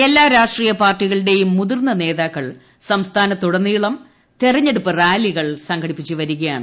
എല്ലാ രാഷ്ട്രീയ പാർട്ടികളുടെയും മുതിർന്ന നേതാ ക്കൾ സംസ്ഥാനമുടനീളം തെരഞ്ഞെടുപ്പ് റാലികൾ സംഘടി പ്പിച്ചുവരികയാണ്